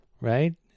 Right